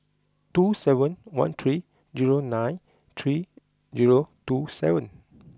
two seven one three zero nine three zero two seven